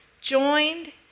joined